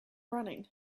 running